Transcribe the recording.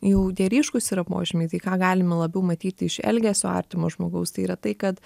jau tie ryškūs yra požymiai tai ką galime labiau matyti iš elgesio artimo žmogaus tai yra tai kad